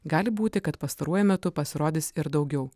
gali būti kad pastaruoju metu pasirodys ir daugiau